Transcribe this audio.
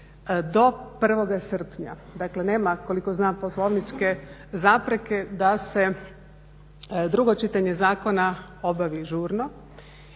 do 1. srpnja. Dakle, nema koliko znam poslovničke zapreke da se drugo čitanje zakona obavi žurno